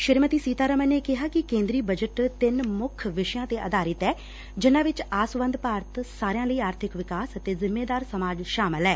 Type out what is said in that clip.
ਸ੍ਰੀਮਤੀ ਸੀਤਾ ਰਮਨ ਨੇ ਕਿਹਾ ਕਿ ਕੇਂਦਰੀ ਬਜਟ ਤਿੰਨ ਮੁੱਖ ਵਿਸ਼ਿਆਂ ਤੇ ਆਧਾਰਿਤ ਐ ਜਿਨਾਂ ਵਿਚ ਆਸਵੰਦ ਭਾਰਤ ਸਾਰਿਆਂ ਲਈ ਆਰਥਿਕ ਵਿਕਾਸ ਅਤੇ ਜਿੰਮੇਦਾਰ ਸਮਾਜ ਸ਼ਾਮਲ ਐ